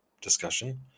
discussion